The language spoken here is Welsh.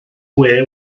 gwe